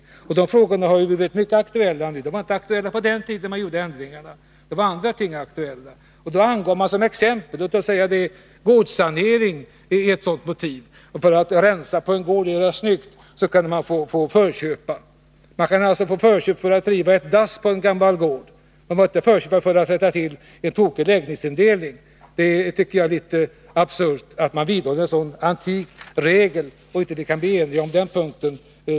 Denna fråga har blivit aktuell nu men var inte aktuell på den tid då förköpslagen ändrades. Då var andra ting aktuella. Då angav man såsom exempel gårdssanering. För att rensa upp på en gård och göra snyggt kunde kommunen få utnyttja sin förköpsrätt. Kommunen kunde begagna sin förköpsrätt för att riva ett dass på en gammal gård men inte för att rätta till en tokig lägenhetsindelning. Det är litet absurt att nu behålla en sådan antik regel. Vi borde bli eniga på den punkten.